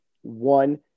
one